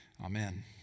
Amen